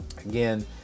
Again